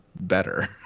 better